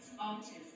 artists